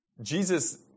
Jesus